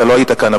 אתה לא היית כאן,